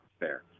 Fair